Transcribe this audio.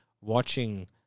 watching